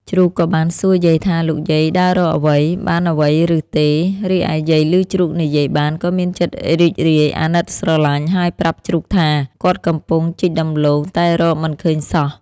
ជ្រូកក៏បានសួរយាយថា លោកយាយដើររកអ្វី? បានអ្វីឬទេ? រីឯយាយលឺជ្រូកនិយាយបាន ក៏មានចិត្តរីករាយអាណិតស្រលាញ់ ហើយប្រាប់ជ្រូកថា គាត់កំពុងជីកដំឡូងតែរកមិនឃើញសោះ។